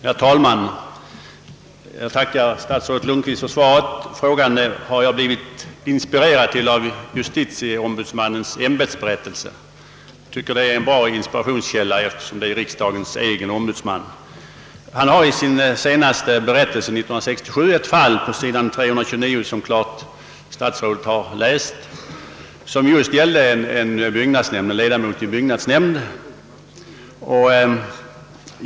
Herr talman! Jag tackar statsrådet Lundkvist för svaret. Jag blev inspirerad till min fråga av justitieombudsmannens ämbetsberättelse, som jag tycker är en bra inspirationskälla eftersom JO är riksdagens egen ombudsman. Han omnämner på s. 329 i berättelsen för år 1967 ett fall — som statsrådet givetvis har läst — vilket gällde en ledamot av en byggnadsnämnd.